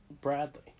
Bradley